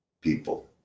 people